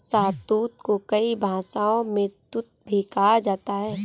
शहतूत को कई भाषाओं में तूत भी कहा जाता है